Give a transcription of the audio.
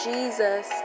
Jesus